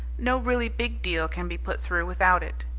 no really big deal can be put through without it.